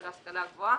של ההשכלה הגבוהה,